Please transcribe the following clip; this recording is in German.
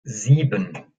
sieben